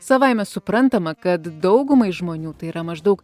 savaime suprantama kad daugumai žmonių tai yra maždaug